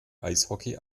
eishockey